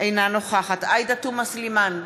אינה נוכחת עאידה תומא סלימאן,